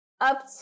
up